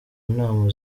nama